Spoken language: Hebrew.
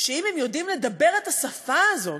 שאם הם יודעים לדבר את השפה הזאת,